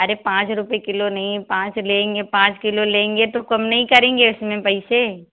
अरे पाँच रुपए किलो नहीं पाँच लेंगे पाँच किलो लेंगे तो कम नहीं करेंगे उसमें पैसे